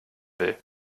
will